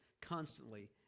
constantly